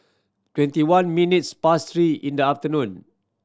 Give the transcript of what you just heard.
twenty one minutes past three in the afternoon